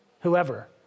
whoever